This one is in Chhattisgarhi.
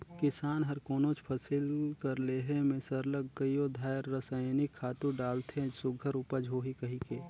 किसान हर कोनोच फसिल कर लेहे में सरलग कइयो धाएर रसइनिक खातू डालथे सुग्घर उपज होही कहिके